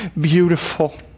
beautiful